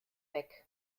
weg